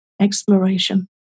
exploration